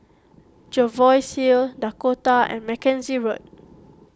Jervois Hill Dakota and Mackenzie Road